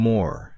More